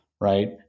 Right